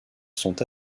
sont